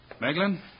Meglin